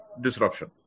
disruption